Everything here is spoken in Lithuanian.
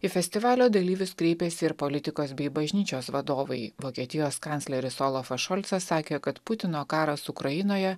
į festivalio dalyvius kreipėsi ir politikos bei bažnyčios vadovai vokietijos kancleris olafas šolcas sakė kad putino karas ukrainoje